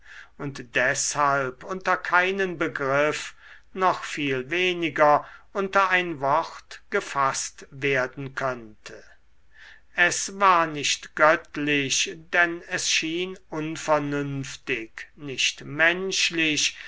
und deshalb unter keinen begriff noch viel weniger unter ein wort gefaßt werden könnte es war nicht göttlich denn es schien unvernünftig nicht menschlich